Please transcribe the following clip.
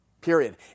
period